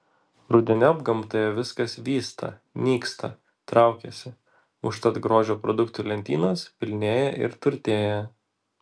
rudeniop gamtoje viskas vysta nyksta traukiasi užtat grožio produktų lentynos pilnėja ir turtėja